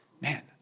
Man